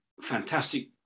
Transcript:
fantastic